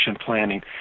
planning